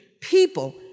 people